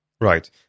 Right